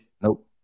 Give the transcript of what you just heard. Nope